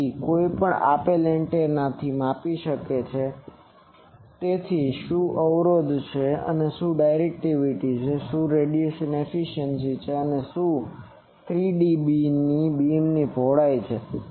તેથી કોઈપણ આપેલ એન્ટેનાથી માપી શકે છે તે શું અવરોધ છે તે શું છે તે શું છે તે ડાયરેક્ટિવિટી છે તે શું છે તે રેડિયેશન એફીસીયન્સી છે અને તે શું છે તે 3 dB બીમની પહોળાઈ શું છે